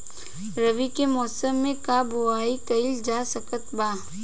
रवि के मौसम में का बोआई कईल जा सकत बा?